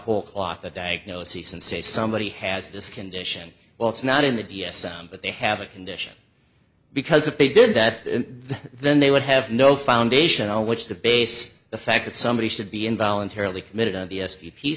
whole cloth a diagnoses and say somebody has this condition well it's not in the d s m but they have a condition because if they did that then they would have no foundation on which to base the fact that somebody should be involuntarily committed on the s